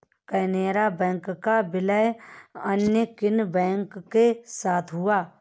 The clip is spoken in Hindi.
केनरा बैंक का विलय अन्य किन बैंक के साथ हुआ है?